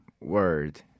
word